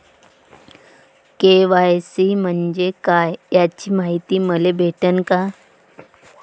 KYC म्हंजे काय याची मायती मले भेटन का?